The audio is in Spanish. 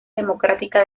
democrática